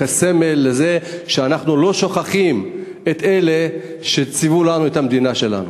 כסמל לזה שאנחנו לא שוכחים את אלה שציוו לנו את המדינה שלנו.